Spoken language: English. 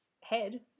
head